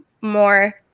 more